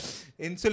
Insulin